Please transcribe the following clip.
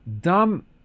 dumb